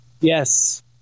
Yes